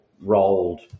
rolled